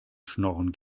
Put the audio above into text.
schnorren